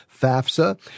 FAFSA